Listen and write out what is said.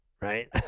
right